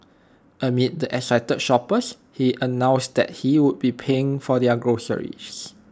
amid the excited shoppers he announced that he would be paying for their groceries